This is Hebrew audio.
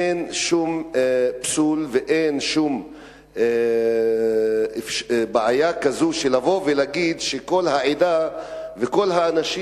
אין שום פסול ואין שום בעיה כזאת של לבוא ולהגיד שכל העדה וכל האנשים